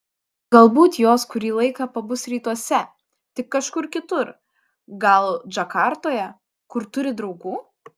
galbūt jos kurį laiką pabus rytuose tik kažkur kitur gal džakartoje kur turi draugų